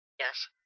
Yes